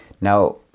now